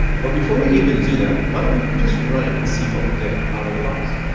but before we even do that, why don't we we just run it and see what we get out of the box?